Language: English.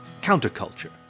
Counterculture